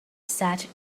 sat